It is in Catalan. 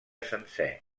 sencer